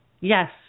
Yes